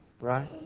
Right